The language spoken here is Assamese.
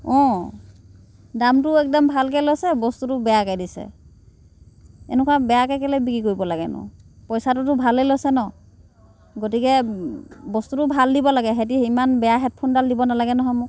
অ দামটো একদম ভালকৈ লৈছে বস্তুটো বেয়াকৈ দিছে এনেকুৱা বেয়াকৈ কেলৈ বিক্ৰী কৰিব লাগেনো পইচাটোতো ভালে লৈছে ন' গতিকে বস্তুটো ভাল দিব লাগে সিহঁতি ইমান বেয়া হেডফোনডাল দিব নালাগে নহয় মোক